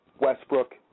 Westbrook